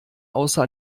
außer